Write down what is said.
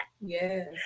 Yes